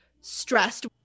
stressed